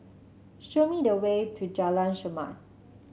show me the way to Jalan Chermat